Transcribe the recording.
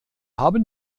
haben